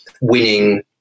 winning